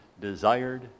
desired